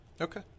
Okay